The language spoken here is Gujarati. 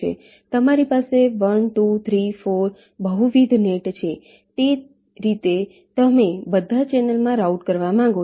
તમારી પાસે 1 2 3 4 બહુવિધ નેટ છે તે રીતે તમે બધા ચેનલમાં રાઉટ કરવા માંગો છો